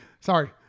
sorry